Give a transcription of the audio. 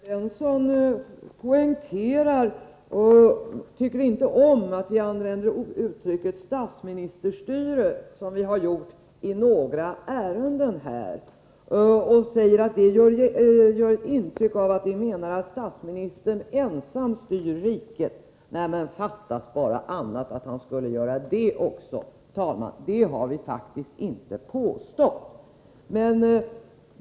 Herr talman! Olle Svensson poängterar att han inte tycker om att vi använder uttrycket statsministerstyre, som vi har gjort i några ärenden. Han säger att det ger ett intryck av att vi menar att statsministern ensam styr riket. Nej, det fattas bara att han skulle göra det också! Det har vi faktiskt inte påstått.